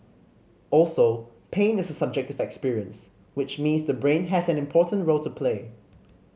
also pain is a subjective experience which means the brain has an important role to play